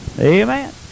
Amen